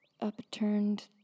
upturned